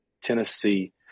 Tennessee